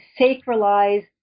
sacralize